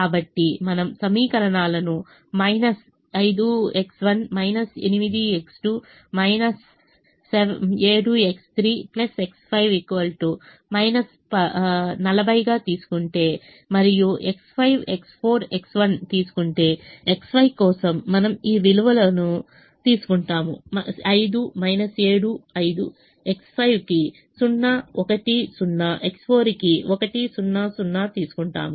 కాబట్టి మనము సమీకరణాలను minus 5X1 8X2 7X3 X5 40 గా తీసుకుంటే మరియు X5 X4 X1 తీసుకుంటే X5 కోసం మనము ఈ విలువను తీసుకుంటాము 5 7 5 X5 కి 0 1 0 X4 కి 1 0 0 తీసుకుంటాము